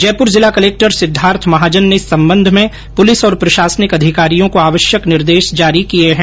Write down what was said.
जयपुर जिला कलेक्टर सिद्धार्थ महाजन ने इस सम्बन्ध में पुलिस और प्रशासनिक अधिकारियों को आवश्यक निर्देश जारी किये हैं